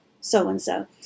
So-and-so